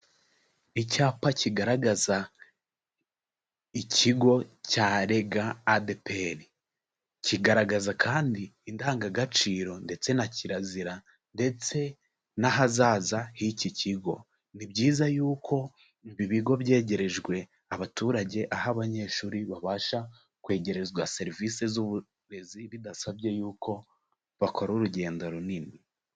Icyapa kigaragaza ikigo cya Rega ADEPR, kigaragaza kandi indangagaciro ndetse na kirazira ndetse n'ahazaza h'iki kigo. Ni byiza yuko ibi bigo byegerejwe abaturage, aho abanyeshuri babasha kwegerezwa serivisi z'uburezi bidasabye yuko bakora urugendo runini.